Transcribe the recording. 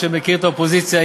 אני מכיר את האופוזיציה,